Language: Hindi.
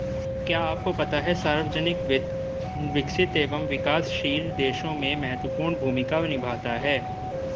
क्या आपको पता है सार्वजनिक वित्त, विकसित एवं विकासशील देशों में महत्वपूर्ण भूमिका निभाता है?